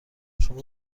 شما